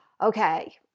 Okay